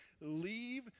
Leave